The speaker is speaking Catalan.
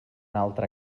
altre